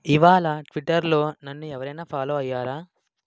ఇవాళ ట్విట్టర్లో నన్ను ఎవరైనా ఫాలో అయ్యారా